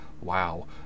Wow